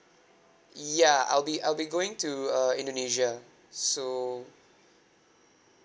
ya I'll be I'll be going to uh indonesia so